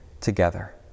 together